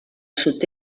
sud